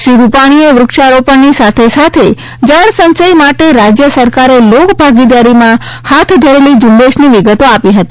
શ્રી રૂપાણીએ વૃક્ષારોપણની સાથે સાથે જળસંચય માટે રાજ્ય સરકારે લોકભાગીદારીમાં હાથ ધરેલી ઝુંબેશની વિગતો આપી હતી